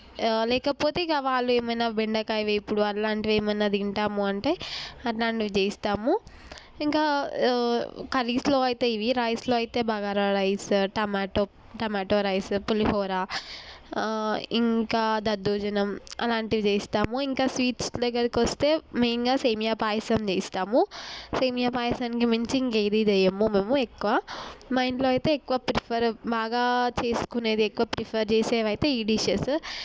లేకపోతే ఇక వాళ్ళు ఏమైనా బెండకాయ వేపుడు అలాంటివి ఏమైనా తింటాము అంటే అట్లాంటివి చేస్తాము ఇంకా కర్రీస్లో అయితే ఇవి రైస్లో అయితే bagara rice tomato tomato rice పులిహోర ఇంకా దద్దోజనం అలాంటివి చేస్తాము ఇంకా స్వీట్స్ దగ్గరికి వస్తే మెయిన్గా సేమియా పాయసం చేస్తాము సేమియా పాయసానికి మించి ఇంకా ఏదీ చేయము మేము ఎక్కువ మా ఇంట్లో అయితే ఎక్కువ ప్రిఫర్ బాగా చేసుకునేది ఎక్కువ ప్రిఫర్ చేసేవి అయితే ఈ డిషెస్